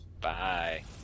Bye